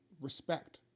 respect